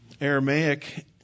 Aramaic